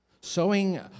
Sowing